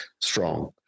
strong